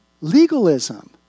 legalism